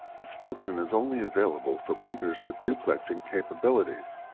this function is only available for printers with duplexing capabilities.